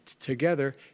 together